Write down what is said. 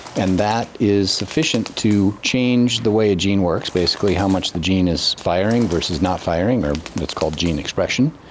and that is sufficient to change the way a gene works, basically how much the gene is firing versus not firing. and it's called gene expression.